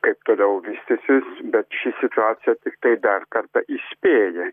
kaip toliau vystysis bet ši situacija tiktai dar kartą įspėja